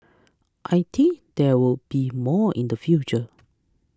I think there will be more in the future